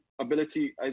Ability